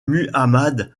muhammad